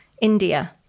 india